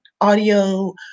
audio